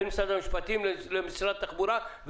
בין משרד המשפטים למשרד התחבורה.